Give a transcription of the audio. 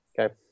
Okay